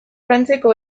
frantziako